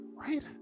Right